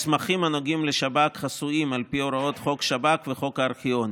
שמסמכים הנוגעים לשב"כ חסויים על פי הוראות חוק שב"כ וחוק הארכיונים.